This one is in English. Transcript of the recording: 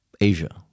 Asia